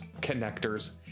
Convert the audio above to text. connectors